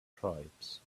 tribes